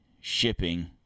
shipping